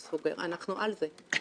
אנחנו על זה.